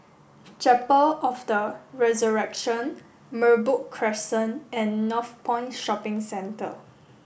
Chapel of the Resurrection Merbok Crescent and Northpoint Shopping Centre